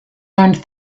learned